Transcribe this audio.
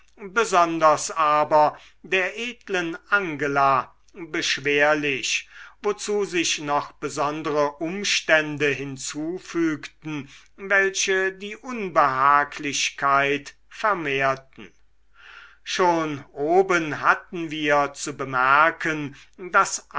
besonders aber der edlen angela beschwerlich wozu sich noch besondere umstände hinzufügten welche die unbehaglichkeit vermehrten schon oben hatten wir zu bemerken daß